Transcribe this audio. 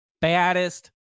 baddest